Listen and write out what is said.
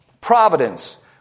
Providence